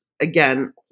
again